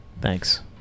Thanks